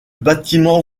bâtiment